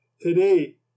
today